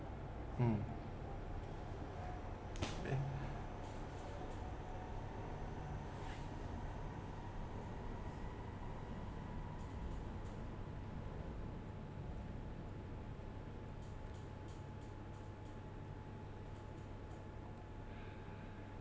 mm